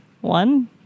One